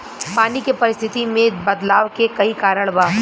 पानी के परिस्थिति में बदलाव के कई कारण बा